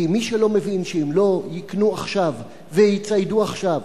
כי מי שלא מבין שאם לא יקנו עכשיו ויציידו עכשיו,